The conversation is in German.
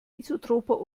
isotroper